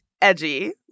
edgy